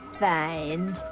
find